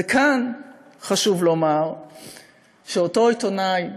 וכאן חשוב לומר שאותו עיתונאי,